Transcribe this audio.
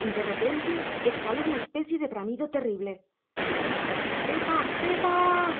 de repente exhaló una especie de bramido terrible pepa pepaaaá